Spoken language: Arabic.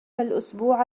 الأسبوع